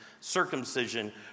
circumcision